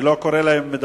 אני מניח שהשר המקשר,